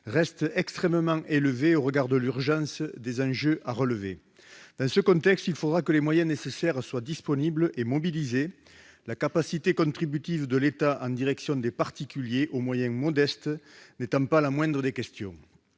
restent extrêmement élevées au regard de l'urgence des enjeux. Dans ce contexte, les moyens nécessaires devront être disponibles, mobiliser la capacité contributive de l'État en direction des particuliers aux moyens modestes n'étant pas la moindre des questions.